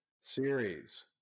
series